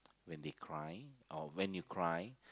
when they cry or when you cry